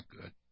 good